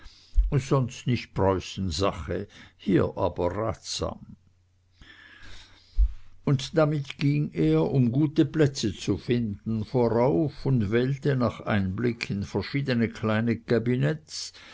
sonst nicht preußensache hier aber ratsam und damit ging er um gute plätze zu finden vorauf und wählte nach einblick in verschiedene kleine cabinets